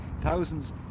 thousands